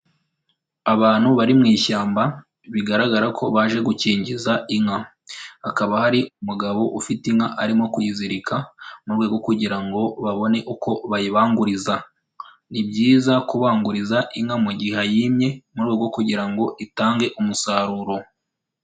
Abantu bari mu ishyamba, bigaragara ko baje gukingiza inka. Hakaba hari umugabo ufite inka arimo kuyizirika, mu rwego kugira ngo babone uko bayibanguriza. Ni byiza kubanguriza inka mu gihe yimye, mu rwego rwo kugira ngo itange umusaruro.